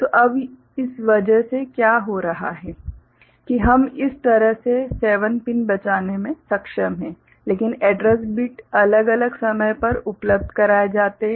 तो अब इस वजह से क्या हो रहा है कि हम इस तरह से 7 पिन बचाने में सक्षम हैं लेकिन एड्रैस बिट्स अलग अलग समय पर उपलब्ध कराए जाते हैं